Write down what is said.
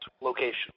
location